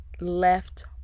left